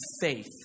faith